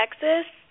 Texas